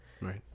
Right